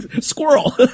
squirrel